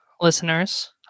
listeners